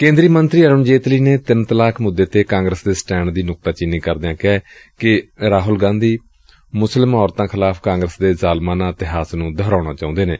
ਕੇਂਦਰੀ ਮੰਤਰੀ ਅਰੁਣ ਜੇਤਲੀ ਨੇ ਤਿੰਨ ਤਲਾਕ ਮੁੱਦੇ ਤੇ ਕਾਂਗਰਸ ਦੇ ਸਟੈਂਡ ਦੀ ਨੁਕਤਾਚੀਨੀ ਕਰਦਿਆਂ ਕਿਹੈ ਕਿ ਰਾਹੁਲ ਗਾਂਧੀ ਮੁਸਲਿਮ ਔਰਤਾਂ ਖਿਲਾਫ਼ ਕਾਂਗਰਸ ਦੇ ਜ਼ਾਲਮਾਨਾ ਇਤਿਹਾਸ ਨੂੰ ਦੁਹਰਾਉਣਾ ਚਾਹੁੰਦੇ ਨੇ